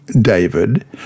David